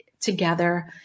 together